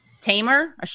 tamer